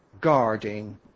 guarding